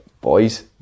boys